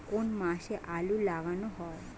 কোন মাসে আলু লাগানো হয়?